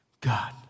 God